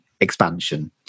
expansion